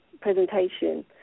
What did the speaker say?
presentation